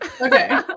Okay